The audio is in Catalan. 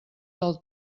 del